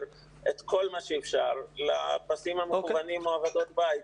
את כל מה שאפשר לפסים המקוונים או עבודות בית.